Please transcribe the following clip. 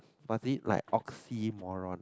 was it like oxymoron